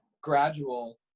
gradual